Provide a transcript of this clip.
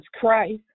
Christ